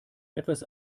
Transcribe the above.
etwas